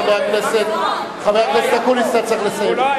חבר הכנסת אקוניס, אתה צריך לסיים.